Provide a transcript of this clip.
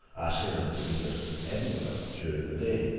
asking him to meet us in edinburgh during the day,